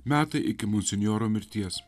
metai iki monsinjoro mirties